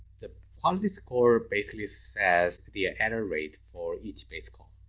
the quality score basically says the error rate for each base call.